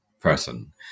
person